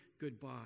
goodbye